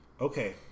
Okay